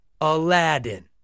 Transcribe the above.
Aladdin